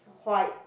white